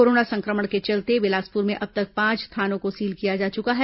corona संक्रमण के चलते बिलासपुर में अब तक पांच थानों को सील किया जा चुका है